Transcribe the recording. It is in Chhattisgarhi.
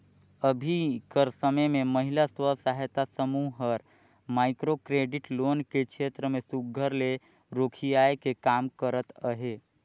अभीं कर समे में महिला स्व सहायता समूह हर माइक्रो क्रेडिट लोन के छेत्र में सुग्घर ले रोखियाए के काम करत अहे